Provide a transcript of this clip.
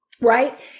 right